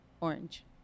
Orange